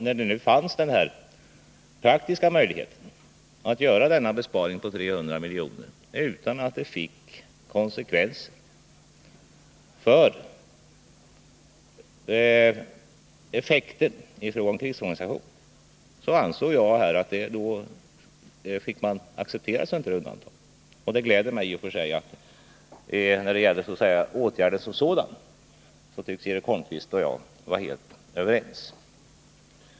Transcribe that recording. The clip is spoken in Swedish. När det nu fanns en praktisk möjlighet att göra denna besparing på 300 milj.kr. utan att den fick konsekvenser för effekten i fråga om krigsorganisationen ansåg jag att vi bör acceptera den. Det gläder mig att när det gäller åtgärden som sådan tycks Eric Holmqvist och jag vara helt överens.